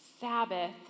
Sabbath